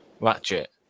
Ratchet